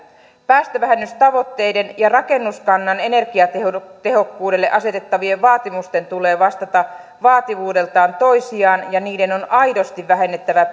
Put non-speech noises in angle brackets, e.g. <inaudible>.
päästövähennystavoitteiden ja rakennuskannan energiatehokkuudelle asetettavien vaatimusten tulee vastata vaativuudeltaan toisiaan ja niiden on aidosti vähennettävä <unintelligible>